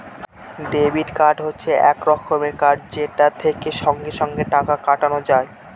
debit card হচ্ছে এক রকমের কার্ড যেটা থেকে সঙ্গে সঙ্গে টাকা কাটানো যায়